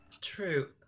True